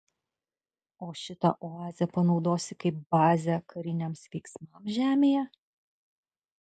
o šitą oazę panaudosi kaip bazę kariniams veiksmams žemėje